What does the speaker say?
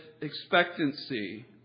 expectancy